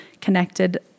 connected